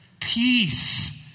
Peace